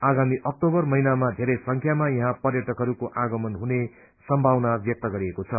आगामी अक्टोबर महिनामा धेरै संख्यामा यहाँ पर्यटकहरूको आगमन हुने सम्भावना ब्यक्त गरिएको छ